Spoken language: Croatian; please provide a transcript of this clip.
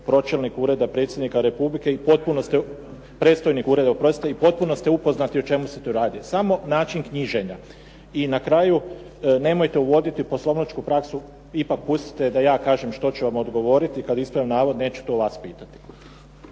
predstojnik Ureda predsjednika republike i potpuno ste upoznati o čemu se tu radi, samo način knjiženja. I na kraju, nemojte uvoditi u poslovničku praksu, ipak pustite da ja kažem što ću vam odgovoriti kad ispravljam navod, neću to vas pitati.